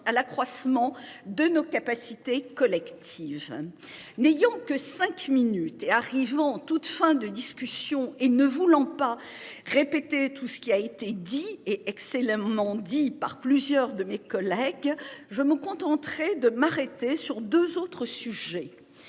à l'accroissement de nos capacités collectives. N'ayant que 5 minutes et arrivant en toute fin de discussion et ne voulons pas répéter tout ce qui a été dit et ex-et le excellemment dit par plusieurs de mes collègues je me contenterai de m'arrêter sur 2 autres sujets.